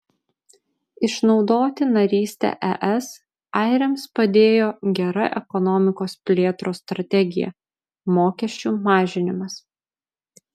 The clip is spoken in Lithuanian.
išnaudoti narystę es airiams padėjo gera ekonomikos plėtros strategija mokesčių mažinimas